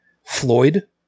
Floyd